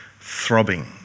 throbbing